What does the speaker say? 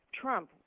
Trump